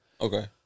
Okay